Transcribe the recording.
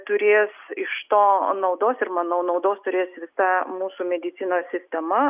turės iš to naudos ir manau naudos turės visa mūsų medicinos sistema